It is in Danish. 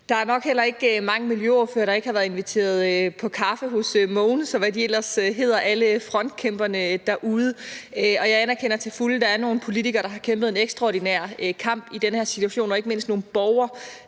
Der er nok heller ikke mange miljøordførere, der ikke har været inviteret på kaffe hos Mogens, og hvad alle frontkæmperne derude ellers hedder, og jeg anerkender til fulde, at der er nogle politikere, der har kæmpet en ekstraordinær kamp i den her situation, og ikke mindst nogle borgere,